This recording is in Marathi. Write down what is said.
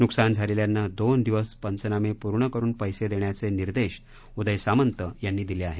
नुकसान झालेल्यांना दोन दिवस पंचनामे पूर्ण करून पैसे देण्याचे निर्देश उदय सामंत यांनी दिले आहे